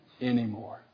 anymore